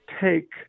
take